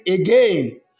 again